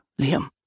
Liam